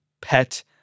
Pet